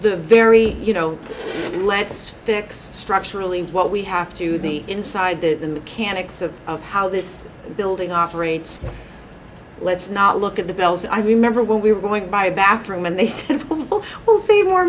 the very you know let's fix structurally what we have to the inside the mechanics of how this building operates let's not look at the bells i remember when we were going to buy a bathroom and they said well save more